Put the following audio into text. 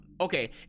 Okay